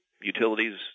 utilities